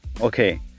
Okay